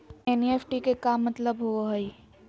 NEFT के का मतलव होव हई?